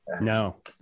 no